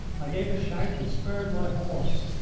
i gave a shout and spurred my horse.